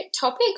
topic